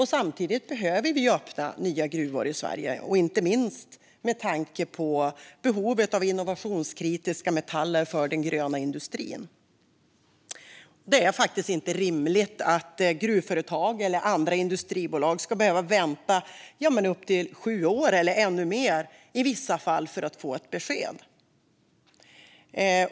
Samtidigt behöver vi öppna nya gruvor i Sverige, inte minst med tanke på behovet av innovationskritiska metaller för den gröna industrin. Det är inte rimligt att gruvföretag eller andra industribolag ska behöva vänta upp till sju år, i vissa fall ännu längre, på att få besked.